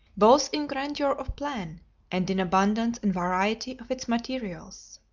both in grandeur of plan and in abundance and variety of its materials.